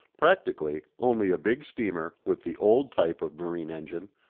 practically, only a big steamer, with the old type of marine-engine,